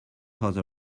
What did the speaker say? other